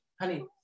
Honey